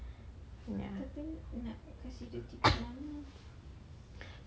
ya